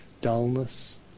dullness